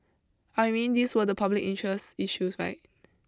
I mean these were the public interest issues right